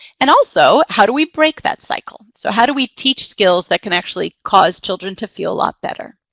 and also, how do we break that cycle? so how do we teach skills that can actually cause children to feel a lot better?